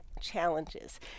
challenges